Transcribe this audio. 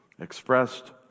Expressed